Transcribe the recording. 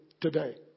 today